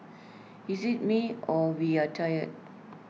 is IT me or we are tired